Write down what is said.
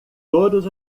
todos